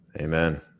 amen